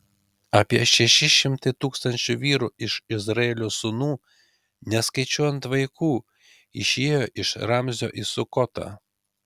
apie šeši šimtai tūkstančių vyrų iš izraelio sūnų neskaičiuojant vaikų išėjo iš ramzio į sukotą